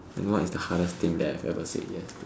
you know what is the hardest thing that I have ever said yes to